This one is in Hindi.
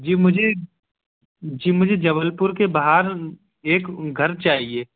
जी मुझे जी मुझे जबलपुर के बाहर एक घर चाहिए